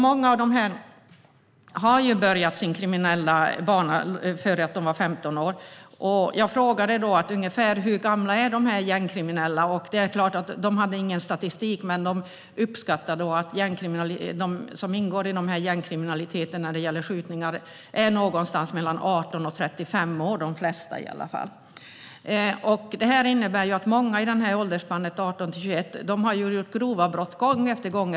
Många av dem har börjat sin kriminella bana innan de fyllt 15 år, och jag frågade ungefär hur gamla de gängkriminella är. Det är klart att det inte fanns någon statistik, men man uppskattade att i alla fall de flesta som ingår i gängkriminaliteten när det gäller skjutningar är någonstans mellan 18 och 35 år. Detta innebär att många i åldersspannet 18-21 har begått grova brott, gång efter gång.